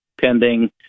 pending